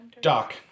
Doc